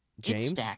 James